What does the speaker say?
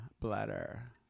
Bladder